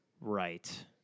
right